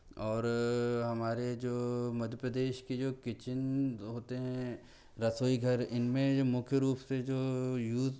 और हमारे जो मध्य प्रदेश के जो किचिन होते हैं रसोई घर इनमें जो मुख्य रूप से जो यूज़